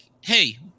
hey